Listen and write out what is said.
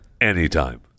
Anytime